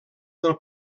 del